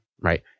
Right